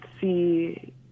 see